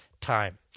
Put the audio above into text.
time